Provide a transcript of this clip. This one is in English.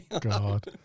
God